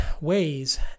ways